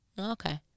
Okay